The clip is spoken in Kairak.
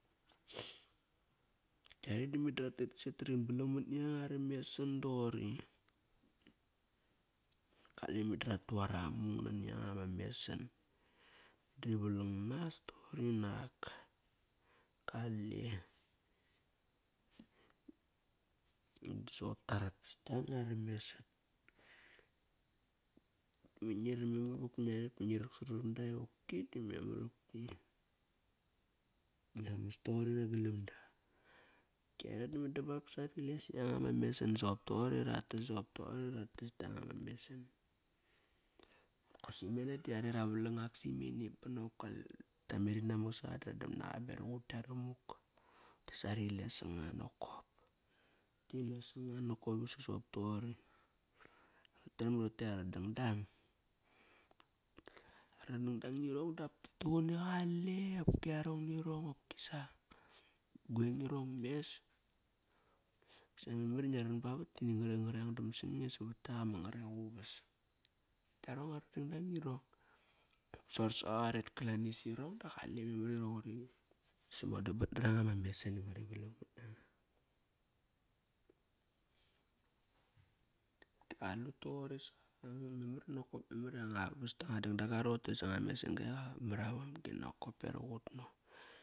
Tiare meda ratet sat ba rit palang mat na yanga ara mesan doqori. Kale meda ratu ara mung nani yanga ma mesan. Ti valang nas toqori nak. Kale Meda soqopta ratas kianga ara mesan. Memar iva ngiaret ba ngirak saramda qopki di memar qopki ngia mas toqori nagalam da. Ki yare da memari bap basa ri les sa yanga ma mesan sop toqori ratas soqop toqori ratas kianga ma mesan. Nokosi simene di are ra valang ak simene banokop tame, namak saqa da radam naqa meraqut kiara muk. Dasari les sanga nokop. Ti les sanga nokop soqop toqori. Taem irote ara dangdang. Dap ti tuqun i qale qopki arong nirong qopkisa, guveng irong mes. Sa mamar i ngia ran bavat da ini ngari ngareng dak sange savat kiak ama ngarek uvas. Kiarong at dangdang irong. Sosaqa qaret kalani sirong da qale memar iva irong somodam bat naranga ma mesan, ngari valang mat nanga. Da qalut toqori sa sabangang memar nokop. Memar i vast tanga dangdanga roqote sanga mesan-ga iqamar a vamgi bevaq ut nokop.